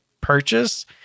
purchase